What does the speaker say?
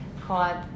called